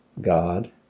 God